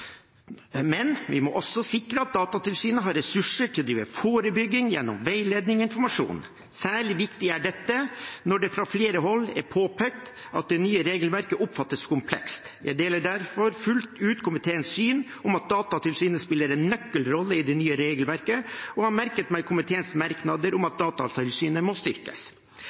Men vi må også sikre at Datatilsynet har ressurser til å drive forebygging gjennom veiledende informasjon. Særlig viktig er dette når det fra flere hold er påpekt at det nye regelverket oppfattes komplekst. Jeg deler derfor fullt ut komiteens syn om at Datatilsynet spiller en nøkkelrolle i det nye regelverket, og har merket meg komiteens merknader om at Datatilsynet må styrkes.